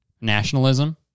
nationalism